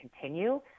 continue